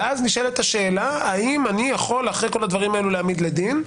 ואז נשאלת השאלה האם אני יכול אחרי כל הדברים האלו להעמיד לדין.